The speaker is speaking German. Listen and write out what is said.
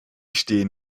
stehen